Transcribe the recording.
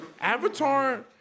Avatar